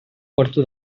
quarto